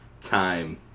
time